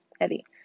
heavy